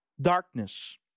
darkness